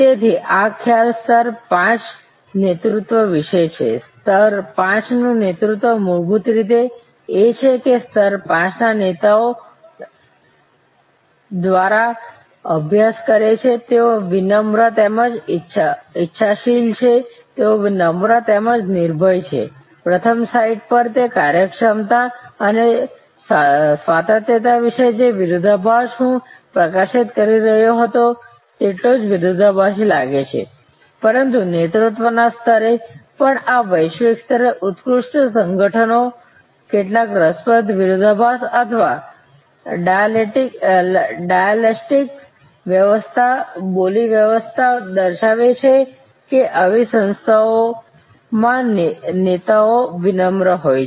તેથી આ ખ્યાલ સ્તર 5 નેતૃત્વ વિશે છે સ્તર 5 નું નેતૃત્વ મૂળભૂત રીતે એ છે કે સ્તર 5 ના નેતાઓ દ્વૈતમાં અભ્યાસ કરે છે તેઓ વિનમ્ર તેમજ ઇચ્છાશીલ છે તેઓ નમ્ર તેમજ નિર્ભય છે પ્રથમ સાઇટ પર તે કાર્યક્ષમતા અને સ્વાયત્તતા વિશે જે વિરોધાભાસ હું પ્રકાશિત કરી રહ્યો હતો તેટલો જ વિરોધાભાસી લાગે છે પરંતુ નેતૃત્વના સ્તરે પણ આ વૈશ્વિક સ્તરે ઉત્કૃષ્ટ સંગઠનો કેટલાક રસપ્રદ વિરોધાભાસ અથવા ડાયાલેક્ટિક્સના વ્યવસ્થા બોલી વ્યવસ્થા દર્શાવે છે કે આવી સંસ્થાઓમાં નેતાઓ વિનમ્ર હોય છે